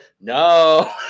no